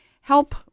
help